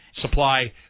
supply